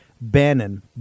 Bannon